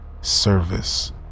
service